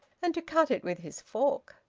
and to cut it with his fork.